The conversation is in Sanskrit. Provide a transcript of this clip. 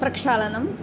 प्रक्षालनम्